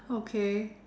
okay